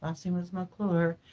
last name was mcclure,